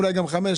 אולי גם חמש.